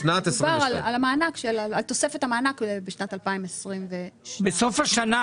על שנת 2022. מדובר על תוספת המענק בשנת 2022. בסוף השנה,